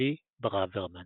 צבי ברוורמן